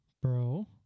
Bro